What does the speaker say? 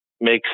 makes